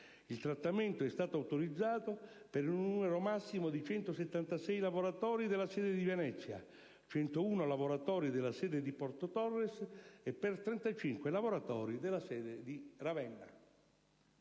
Il trattamento è stato autorizzato per un numero massimo di 176 lavoratori della sede di Venezia, 101 lavoratori della sede di Porto Torres e per 35 lavoratori della sede di Ravenna.